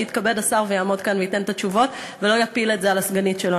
שיתכבד השר ויעמוד כאן וייתן את התשובות ולא יפיל את זה על הסגנית שלו.